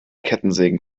kettensägen